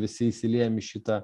visi įsiliejam į šitą